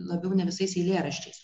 labiau ne visais eilėraščiais